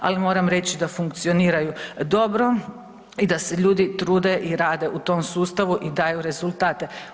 Ali moram reći da funkcioniraju dobro i da se ljudi trude i rade u tom sustavu i daju rezultate.